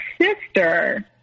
sister